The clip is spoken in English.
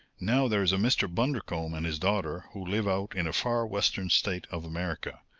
now there is a mr. bundercombe and his daughter, who live out in a far-western state of america,